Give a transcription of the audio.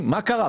מה קרה?